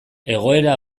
egoera